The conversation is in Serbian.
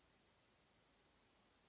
Hvala.